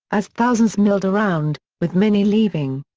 as thousands milled around, with many leaving.